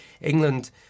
England